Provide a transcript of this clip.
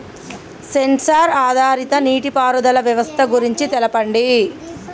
Censor ఆధారిత నీటిపారుదల వ్యవస్థ గురించి తెల్పండి?